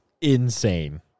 insane